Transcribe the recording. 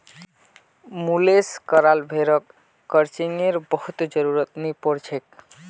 मुलेस कराल भेड़क क्रचिंगेर बहुत जरुरत नी पोर छेक